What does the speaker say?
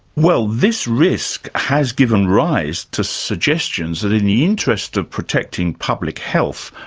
well, this risk has given rise to suggestions that in the interests of protecting public health,